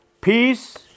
peace